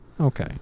Okay